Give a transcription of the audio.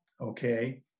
okay